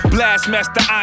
Blastmaster